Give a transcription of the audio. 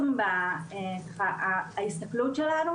ההסתכלות שלנו